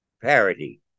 parity